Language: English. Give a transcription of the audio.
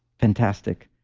fantastic.